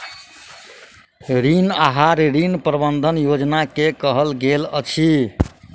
ऋण आहार, ऋण प्रबंधन योजना के कहल गेल अछि